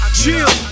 chill